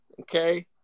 Okay